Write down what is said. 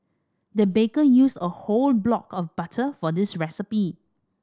the baker used a whole block of butter for this recipe